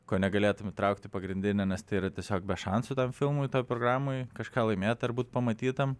ko negalėtum įtraukt į pagrindinį nes yra tiesiog be šansų tam filmui toj programoj kažką laimėt ar būt pamatytam